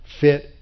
fit